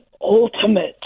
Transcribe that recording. Ultimate